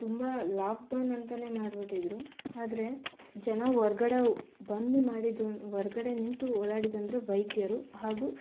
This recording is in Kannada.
ತುಂಬ ಲಾಕ್ಡೌನ್ ಅಂತಲೇ ಮಾಡಿಬಿಟ್ಟಿದ್ರು ಆದರೆ ಜನ ಹೊರಗಡೆ ಬನ್ನಿ ಮಾಡಿದ್ದು ಹೊರಗಡೆ ನಿಂತು ಓಡಾಡಿದ್ದೆಂದ್ರೆ ವೈದ್ಯರು ಹಾಗೂ